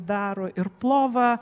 daro ir plovą